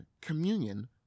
communion